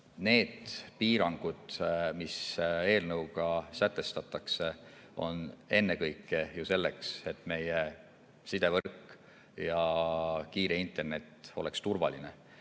Need piirangud, mis eelnõuga sätestatakse, on ennekõike aga selleks, et meie sidevõrk ja kiire internet oleks turvaline.